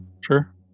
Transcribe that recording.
Sure